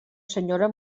senyora